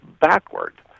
backward